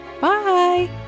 Bye